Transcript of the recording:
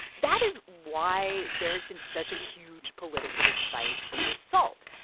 that is why there has been such a huge political fight over salt.